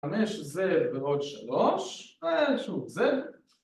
חמש זה ועוד שלוש, אה שוב זה